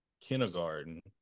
kindergarten